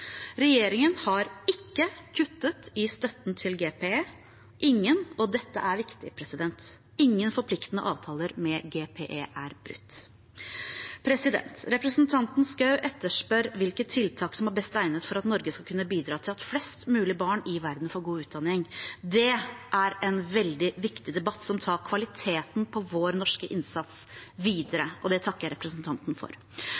Regjeringen har ikke kuttet i støtten til GPE. Ingen – og dette er viktig – forpliktende avtaler med GPE er brutt. Representanten Schou etterspør hvilke tiltak som er best egnet for at Norge skal kunne bidra til at flest mulig barn i verden får god utdanning. Det er en veldig viktig debatt, som tar kvaliteten på vår norske innsats videre, og det takker jeg representanten for.